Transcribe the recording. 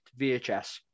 VHS